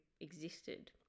existed